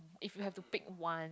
if you have to pick one